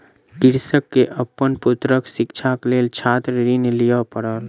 कृषक के अपन पुत्रक शिक्षाक लेल छात्र ऋण लिअ पड़ल